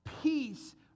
peace